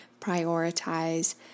prioritize